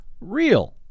real